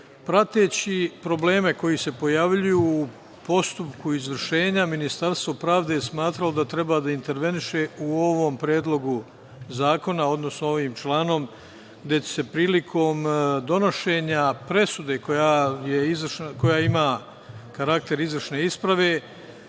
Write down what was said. spora. Prateći probleme koji se pojavljuju u postupku izvršenja, Ministarstvo pravde je smatralo da treba da interveniše u ovom Predlogu zakona, odnosno ovim članom, gde će se prilikom donošenja presude, koja ima karakter izvršne isprave,